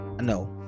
no